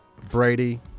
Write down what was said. Brady